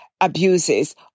abuses